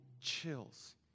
chills